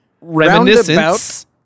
reminiscence